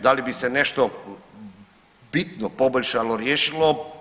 Da li bi se nešto bitno poboljšalo, riješilo?